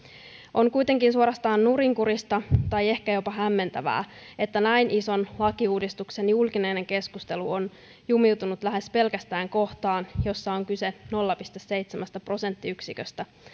on kuitenkin suorastaan nurinkurista tai ehkä jopa hämmentävää että näin ison lakiuudistuksen julkinen keskustelu on jumiutunut lähes pelkästään kohtaan jossa on kyse nolla pilkku seitsemästä prosenttiyksiköstä